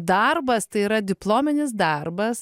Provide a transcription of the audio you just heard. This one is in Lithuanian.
darbas tai yra diplominis darbas